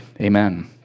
Amen